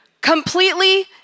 completely